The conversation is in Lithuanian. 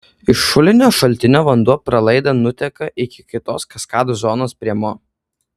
iš šulinio šaltinio vanduo pralaida nuteka iki kitos kaskadų zonos prie mo